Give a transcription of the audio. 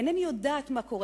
אינני יודעת מה קורה.